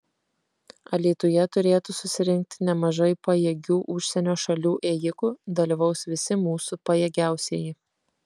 alytuje turėtų susirinkti nemažai pajėgių užsienio šalių ėjikų dalyvaus visi mūsų pajėgiausieji